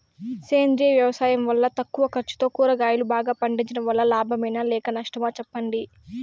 సేంద్రియ వ్యవసాయం వల్ల తక్కువ ఖర్చుతో కూరగాయలు బాగా పండించడం వల్ల లాభమేనా లేక నష్టమా సెప్పండి